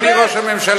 אדוני ראש הממשלה,